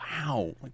wow